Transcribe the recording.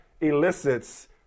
elicits